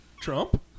Trump